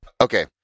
Okay